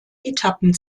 etappen